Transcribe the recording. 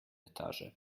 etage